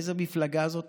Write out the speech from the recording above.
איזו מפלגה זאת?